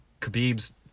Khabib's